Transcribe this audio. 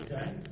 Okay